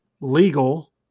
legal